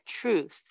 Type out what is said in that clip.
truth